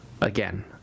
again